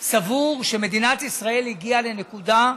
סבור שמדינת ישראל הגיעה לנקודה,